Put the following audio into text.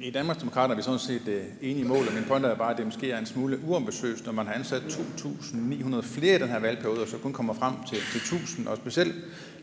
I Danmarksdemokraterne er vi sådan set enige i målet. Min pointe er bare, at det måske er en smule uambitiøst, når man har ansat 2.900 flere i den her valgperiode og så kun kommer frem til 1.000, og især det